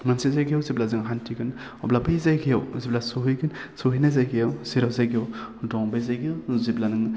मोनसे जायगायाव जेब्ला जों हान्थिगोन अब्ला बै जायगायाव जेब्ला सौहैगोन सहैनाय जायगायाव जेराव जायगायाव दं बे जायगायाव जेब्ला नोङो